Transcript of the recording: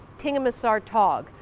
tingmissartoq,